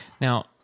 Now